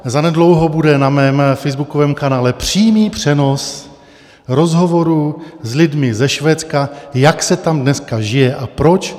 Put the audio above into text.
Zanedlouho bude na mém facebookovém kanále přímý přenos rozhovorů s lidmi ze Švédska, jak se tam dneska žije a proč.